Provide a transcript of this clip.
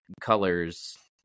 colors